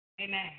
Amen